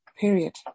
Period